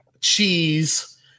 cheese